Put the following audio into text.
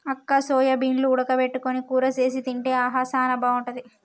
అక్క సోయాబీన్లు ఉడక పెట్టుకొని కూర సేసి తింటే ఆహా సానా బాగుంటుంది